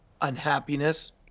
unhappiness